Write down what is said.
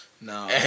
No